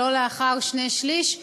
ולא לאחר שני-שלישים.